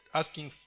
asking